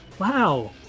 Wow